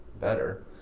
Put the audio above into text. better